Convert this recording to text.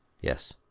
Yes